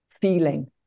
feeling